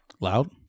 Loud